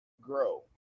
grow